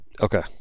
Okay